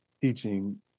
teaching